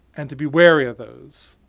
and to be wary of those.